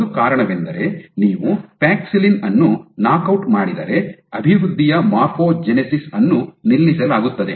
ಒಂದು ಕಾರಣವೆಂದರೆ ನೀವು ಪ್ಯಾಕ್ಸಿಲಿನ್ ಅನ್ನು ನಾಕ್ ಔಟ್ ಮಾಡಿದರೆ ಅಭಿವೃದ್ಧಿಯ ಮಾರ್ಫೋಜೆನೆಸಿಸ್ ಅನ್ನು ನಿಲ್ಲಿಸಲಾಗುತ್ತದೆ